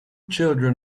children